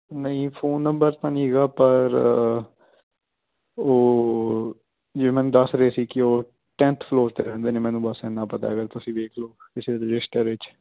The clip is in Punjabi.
ਨਹੀਂ ਫੋਨ ਨੰਬਰ ਤਾਂ ਨਹੀਂ ਹੈਗਾ ਪਰ ਉਹ ਜੀ ਮੈਨੂੰ ਉਹ ਦੱਸ ਰਹੇ ਸੀ ਕਿ ਉਹ ਟੈਂਥ ਫਲੋਰ 'ਤੇ ਰਹਿੰਦੇ ਨੇ ਮੈਨੂੰ ਬਸ ਇੰਨਾ ਪਤਾ ਹੈਗਾ ਤੁਸੀਂ ਵੇਖ ਲਓ ਕਿਸੇ ਰਜਿਸਟਰ ਵਿੱਚ